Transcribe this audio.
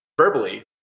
verbally